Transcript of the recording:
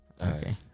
Okay